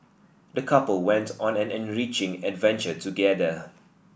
the couple went on an enriching adventure together